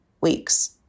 weeks